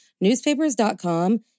newspapers.com